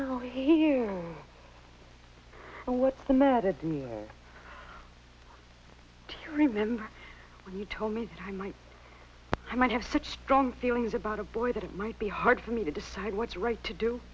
you what's the matter dear remember when you told me i might i might have such strong feelings about a boy that it might be hard for me to decide what's right to do